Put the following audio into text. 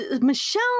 Michelle